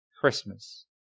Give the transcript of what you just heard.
Christmas